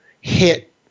hit